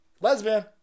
Lesbian